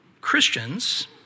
Christians